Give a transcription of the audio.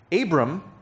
Abram